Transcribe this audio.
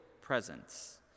presence